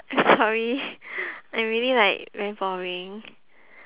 eh sorry I'm really like very boring